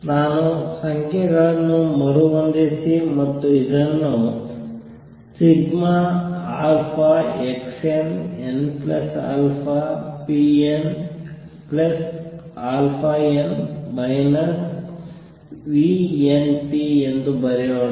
ನಾನು ಸಂಖ್ಯೆಗಳನ್ನು ಮರುಹೊಂದಿಸಿ ಮತ್ತು ಇದನ್ನು xnnαpnαn minus v n p ಎಂದು ಬರೆಯೋಣ